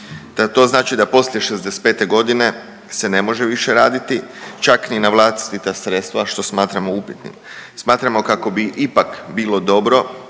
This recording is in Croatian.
To znači da poslije 65. godine se ne može više raditi, čak ni na vlastita sredstva, što smatramo upitnim. Smatramo kako bi ipak bilo dobro